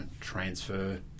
transfer